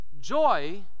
joy